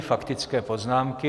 Faktické poznámky.